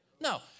No